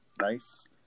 Nice